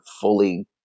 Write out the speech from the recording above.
fully